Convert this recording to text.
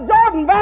Jordan